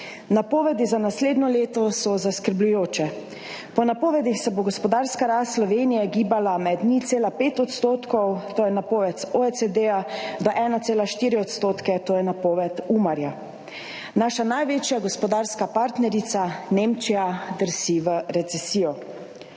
Napovedi za naslednje leto so zaskrbljujoče. Po napovedih se bo gospodarska rast Slovenije gibala med 0,5 %, to je napoved OECD, do 1,4 %, to je napoved Umarja. Naša največja gospodarska partnerica Nemčija drsi v recesij.